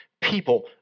people